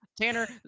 Tanner